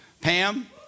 Pam